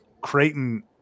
creighton